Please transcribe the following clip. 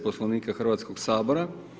Poslovnika Hrvatskog sabora.